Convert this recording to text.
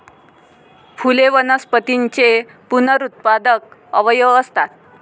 फुले वनस्पतींचे पुनरुत्पादक अवयव असतात